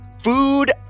food